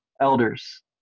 elders